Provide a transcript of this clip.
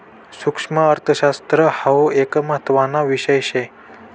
सुक्ष्मअर्थशास्त्र हाउ एक महत्त्वाना विषय शे